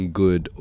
good